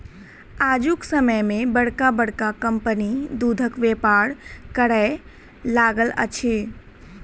आजुक समय मे बड़का बड़का कम्पनी दूधक व्यापार करय लागल अछि